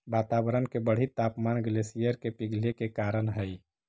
वातावरण के बढ़ित तापमान ग्लेशियर के पिघले के कारण हई